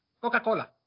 Coca-Cola